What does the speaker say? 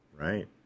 Right